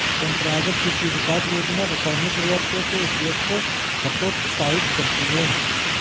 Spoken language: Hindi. परम्परागत कृषि विकास योजना रासायनिक उर्वरकों के उपयोग को हतोत्साहित करती है